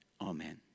amen